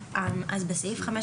5,